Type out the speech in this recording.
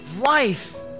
life